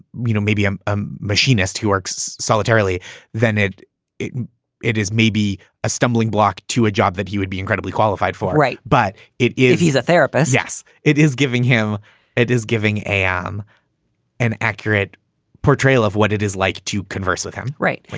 you know, maybe a machinist who works solitary, then it it it is maybe a stumbling block to a job that he would be incredibly qualified for. right. but if he's a therapist. yes, it is giving him it is giving am an accurate portrayal of what it is like to converse with him right. but